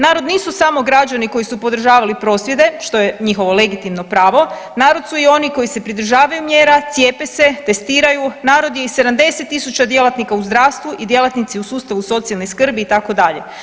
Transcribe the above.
Narod nisu samo građani koji su podržavali prosvjede, što je njihovo legitimno pravo, narod su i oni koji se pridržavaju mjera, cijepe se, testiraju, narod je i 70 tisuća djelatnika u zdravstvu i djelatnici u sustavu socijalne skrbi, itd.